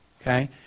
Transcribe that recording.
okay